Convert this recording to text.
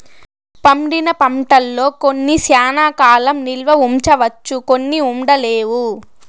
పండిన పంటల్లో కొన్ని శ్యానా కాలం నిల్వ ఉంచవచ్చు కొన్ని ఉండలేవు